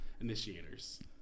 initiators